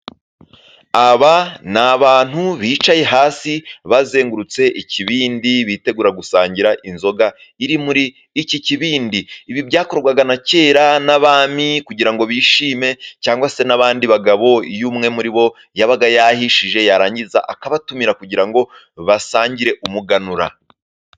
Aba ni abantu bicaye hasi bazengurutse ikibindi, bitegura gusangira inzoga iri muri iki kibindi. Ibi byakorwaga na kera n'abami, kugira ngo bishime, cyangwa se n'abandi bagabo, iyo umwe muri bo yabaga yahishije, yarangiza akabatumira kugira ngo basangire umuganura.